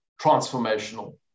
transformational